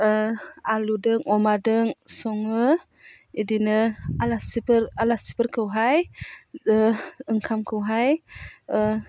आलुजों अमाजों सङो बिदिनो आलासिफोर आलासिफोरखौहाय ओंखामखौहाय